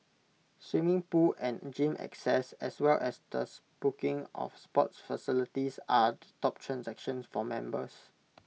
swimming pool and gym access as well as the booking of sports facilities are the top transactions for members